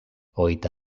hogeita